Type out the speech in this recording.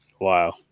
Wow